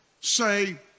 say